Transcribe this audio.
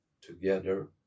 together